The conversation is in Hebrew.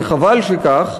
וחבל שכך,